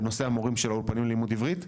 בנושא המורים של האולפנים ללימוד עברית,